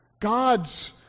God's